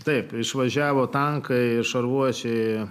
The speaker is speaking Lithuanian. taip išvažiavo tankai ir šarvuojasi